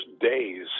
days